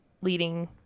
leading